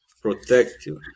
protective